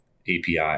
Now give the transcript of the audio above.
api